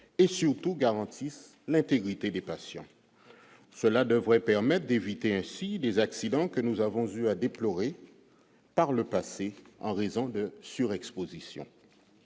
et surtout garantir l'intégrité des patients, cela devrait permettre d'éviter ainsi les accidents que nous avons eu à déplorer, par le passé, en raison de sur Exposition